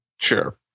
Sure